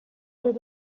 did